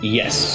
yes